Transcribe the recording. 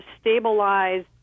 stabilize